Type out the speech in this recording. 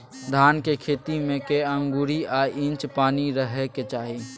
धान के खेत में कैए आंगुर आ इंच पानी रहै के चाही?